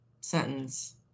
sentence